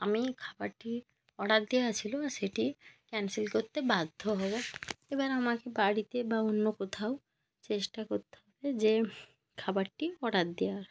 আমি খাবারটি অর্ডার দেওয়া ছিল সেটি ক্যানসেল করতে বাধ্য হব এবার আমাকে বাড়িতে বা অন্য কোথাও চেষ্টা করতে হবে যে খাবারটি অর্ডার দেওয়ার